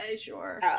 sure